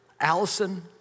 Allison